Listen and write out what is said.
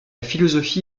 philosophie